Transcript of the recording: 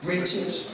Riches